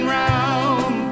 round